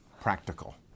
practical